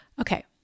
Okay